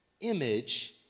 image